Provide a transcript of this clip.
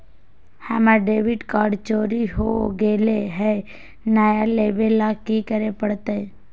हमर debit card चोरी हो गेले हई, नया लेवे ल की करे पड़तई?